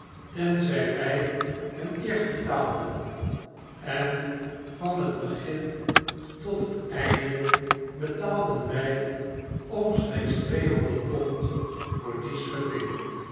tenzy wij hun eerst betaalden en van het begin tot het einde betaalden wy orastreeks tweebonderd pond voor die schutting